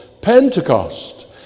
Pentecost